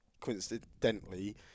coincidentally